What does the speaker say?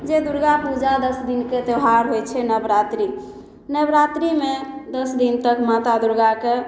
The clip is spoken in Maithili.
जे दुर्गापूजा दस दिनके त्योहार होइ छै नवरात्रि नवरात्रिमे दस दिन तक माता दुर्गाके